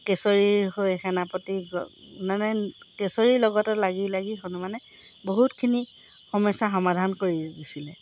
কেশৰীৰ হৈ সেনাপতি মানে কেশৰীৰ লগতে লাগি লাগি হনুমানে বহুতখিনি সমস্যাৰ সমাধান কৰি দিছিলে